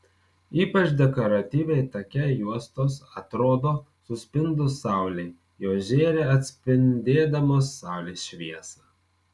ypač dekoratyviai take juostos atrodo suspindus saulei jos žėri atspindėdamos saulės šviesą